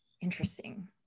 interesting